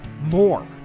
more